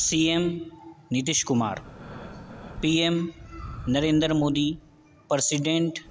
C M Nitish Kumar P M Narendra Modi president